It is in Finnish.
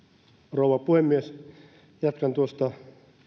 rouva puhemies jatkan tuosta